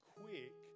quick